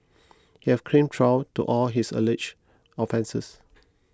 he has claimed trial to all his alleged offences